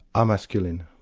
are masculine.